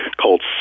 called